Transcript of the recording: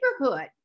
neighborhood